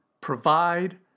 provide